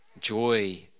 joy